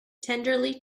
tenderly